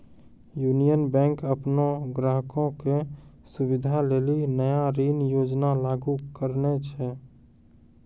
union Bank अपनो ग्राहको के सुविधा लेली नया ऋण योजना लागू करने छै